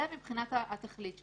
זה מבחינת התכלית שלנו.